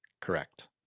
Correct